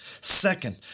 Second